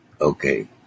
Okay